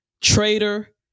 traitor